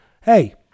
hey